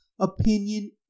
opinion